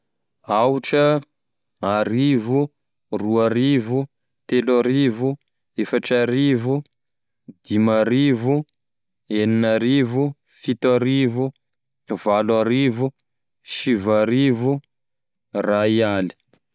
Aotra, arivo, roarivo, telo arivo, efatrarivo, dimy arivo, enina arivo, fito arivo, valo arivo, sivy arivo, ray aly.